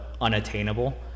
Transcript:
unattainable